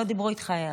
לא דיברו איתך בכלל,